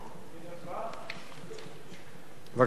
בבקשה, אדוני.